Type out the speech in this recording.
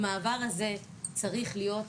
המעבר הזה צריך להיות,